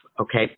okay